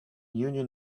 union